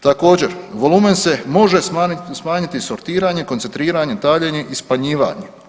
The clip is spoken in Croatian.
Također volumen se može smanjiti sortiranjem, koncentriranjem, taljenjem i spaljivanjem.